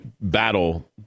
battle